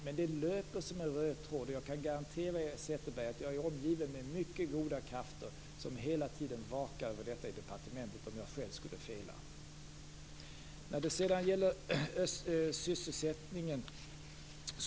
Men det löper som en röd tråd, och jag kan garantera Eva Zetterberg att jag är omgiven av mycket goda krafter som hela tiden vakar över detta i departementet om jag själv skulle fela. Så till sysselsättningen.